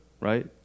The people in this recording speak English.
right